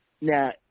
Now